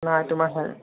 নাই তোমাৰ